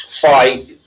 fight